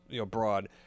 abroad